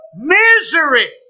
misery